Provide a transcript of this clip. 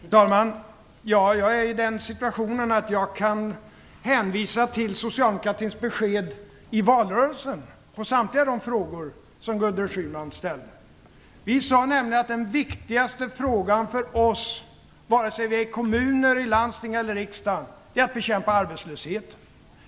Fru talman! Jag är i den situationen att jag kan hänvisa till socialdemokratins besked i valrörelsen på samtliga frågor som Gudrun Schyman ställde. Vi sade nämligen att den viktigaste frågan för oss - vare sig det gäller i kommuner, i landsting eller i riksdagen - är att bekämpa arbetslösheten.